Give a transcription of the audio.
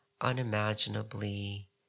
unimaginably